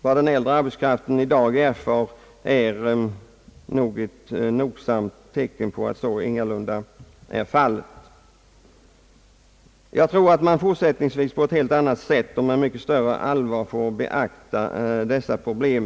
Vad den äldre arbetskraften i dag får erfara torde dock nogsamt visa att så ingalunda är fallet. Jag tror att man fortsättningsvis på ett helt annat sätt och med mycket större allvar får beakta dessa problem.